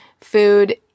food